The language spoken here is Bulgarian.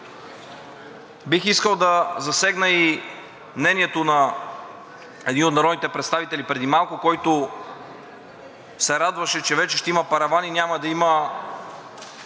Бих искал да засегна и мнението на един от народните представители преди малко, който се радваше, че вече ще има паравани и няма да има